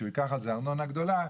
שהוא ייקח על זה ארנונה גדולה,